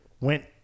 went